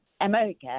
America